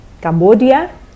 Cambodia